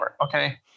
okay